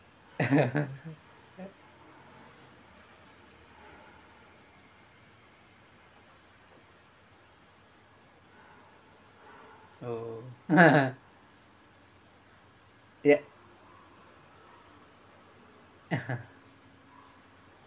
oh ya